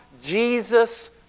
Jesus